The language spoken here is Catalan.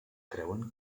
creuen